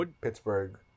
Pittsburgh